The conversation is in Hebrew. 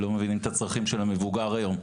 לא מבינים את הצרכים של המבוגר היום.